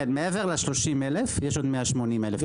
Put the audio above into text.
כן, מעבר ל-30,000 יש עוד 180,000 משפחות.